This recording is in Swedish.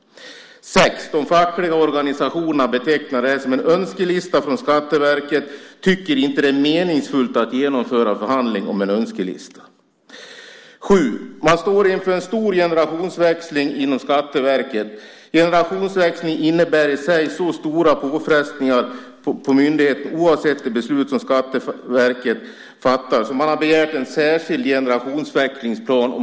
6. De fackliga organisationerna betecknar det här som en önskelista från Skatteverket och tycker inte att det är meningsfullt att genomföra en förhandling om en önskelista. 7. Man står inför en stor generationsväxling inom Skatteverket. Generationsväxlingen innebär i sig så stora påfrestningar på myndigheten oavsett det beslut som Skatteverket fattar att man har begärt en särskild generationsväxlingsplan.